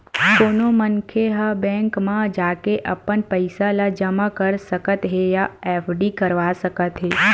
कोनो मनखे ह बेंक म जाके अपन पइसा ल जमा कर सकत हे या एफडी करवा सकत हे